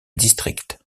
districts